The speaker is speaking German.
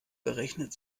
berechnet